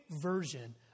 version